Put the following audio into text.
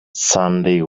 sunday